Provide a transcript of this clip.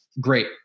great